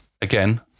Again